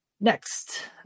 Next